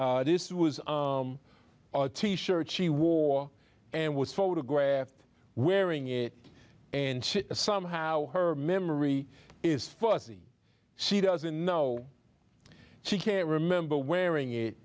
this was a t shirt she wore and was photographed wearing it and somehow her memory is fuzzy she doesn't know she can't remember wearing it